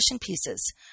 pieces